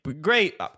great